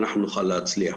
נוכל להצליח.